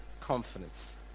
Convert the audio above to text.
confidence